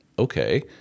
Okay